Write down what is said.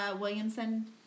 Williamson